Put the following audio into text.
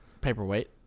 Paperweight